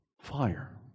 Fire